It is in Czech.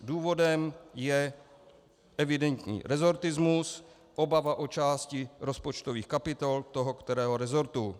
Důvodem je evidentní resortismus, obava o části rozpočtových kapitol toho kterého resortu.